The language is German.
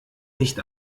nicht